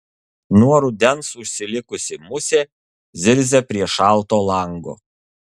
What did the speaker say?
nuo rudens užsilikusi musė zirzia prie šalto lango